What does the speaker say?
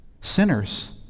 sinners